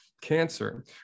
cancer